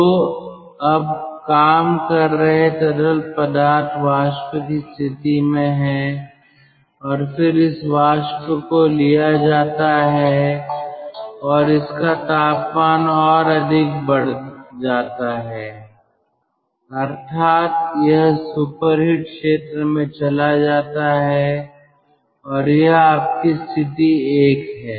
तो अब काम कर रहे तरल पदार्थ वाष्प की स्थिति में हैं और फिर इस वाष्प को लिया जाता है और इसका तापमान और अधिक बढ़ जाता है अर्थात यह सुपरहिट क्षेत्र में चला जाता है और यह आपकी स्थिति 1 है